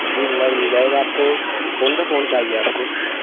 جی mobile مل جائے گا آپ کو کون سا فون چاہیے آپ کو